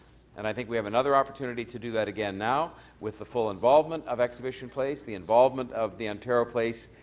and i think we have another opportunity to do that again now with the full involvement of exhibition place, the involvement of the ontario place